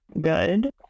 good